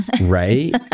Right